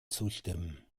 zustimmen